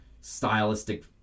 stylistic